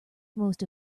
most